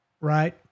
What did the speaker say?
right